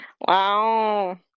wow